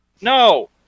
No